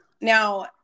Now